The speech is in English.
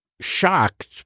shocked